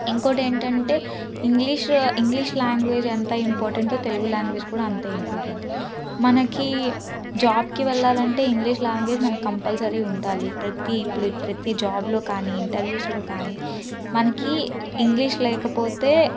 ఇంకోటేంటంటే English English language ఎంత ఇంపార్టెంటో తెలుగు లాంగ్వేజ్ కూడా అంతే ఇంపార్టెంట్ మనకి జాబ్కి వెళ్ళాలంటే ఇంగ్లీష్ లాంగ్వేజ్ మనకి కంపల్సరీ ఉండాలి ప్రతి ఇప్పుడు ప్రతి జాబ్లో కానీ ఇంటర్వ్యూస్లో కానీ మనకి ఇంగ్లీష్ లేకపోతే